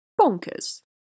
bonkers